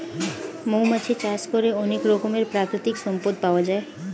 মৌমাছি চাষ করে অনেক রকমের প্রাকৃতিক সম্পদ পাওয়া যায়